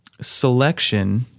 selection